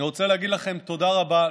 אני רוצה להגיד לכם תודה רבה.